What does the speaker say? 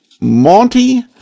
Monty